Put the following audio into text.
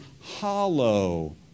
hollow